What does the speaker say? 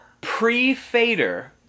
pre-fader